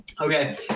Okay